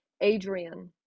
Adrian